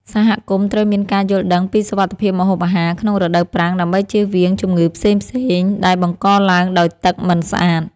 សហគមន៍ត្រូវមានការយល់ដឹងពីសុវត្ថិភាពម្ហូបអាហារក្នុងរដូវប្រាំងដើម្បីជៀសវាងជំងឺផ្សេងៗដែលបង្កឡើងដោយទឹកមិនស្អាត។